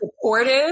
supportive